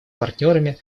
партнерами